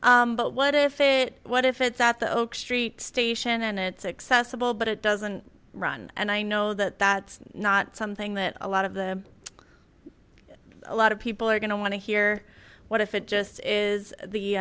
but what if it what if it's at the oak street station and it's accessible but it doesn't run and i know that that's not something that a lot of the a lot of people are going to want to hear what if it just